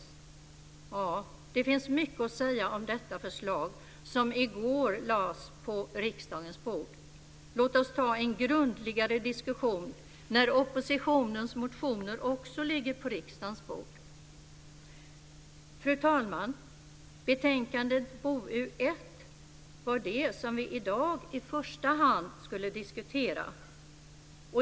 Ja, det finns mycket att säga om detta förslag som i går lades på riksdagens bord. Låt oss ta en grundligare diskussion när oppositionens motioner också ligger på riksdagens bord. Fru talman! Betänkande BoU1 var det som vi i dag i första hand skulle diskutera.